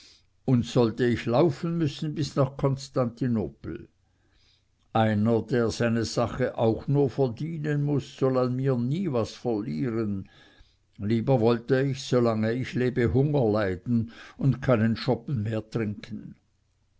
und sollte ich laufen müssen bis nach konstantinopel einer der seine sache auch nur verdienen muß soll an mir nie was verlieren lieber wollte ich so lange ich lebe hunger leiden und keinen schoppen mehr trinken